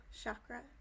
Chakra